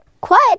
Quiet